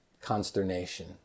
consternation